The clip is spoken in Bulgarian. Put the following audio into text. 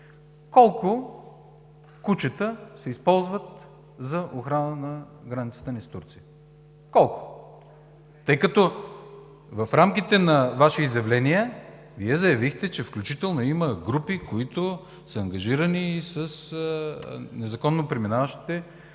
колко кучета се използват за охрана на границата ни с Турция? Колко? В рамките на Ваши изявления Вие заявихте, че включително има групи, които са ангажирани с незаконно преминаващите,